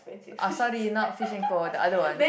ah sorry not Fish and Co the other one